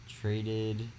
traded